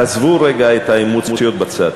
תעזבו רגע את האמוציות בצד,